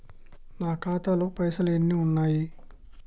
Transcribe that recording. నా ఖాతాలో పైసలు ఎన్ని ఉన్నాయి?